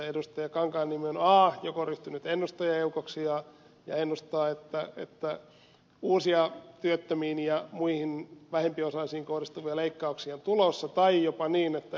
kankaanniemi on a joko ryhtynyt ennustajaeukoksi ja ennustaa että uusia työttömiin ja muihin vähempiosaisiin kohdistuvia leikkauksia on tulossa tai jopa niin että ed